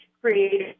created